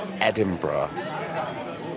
Edinburgh